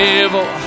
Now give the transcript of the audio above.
evil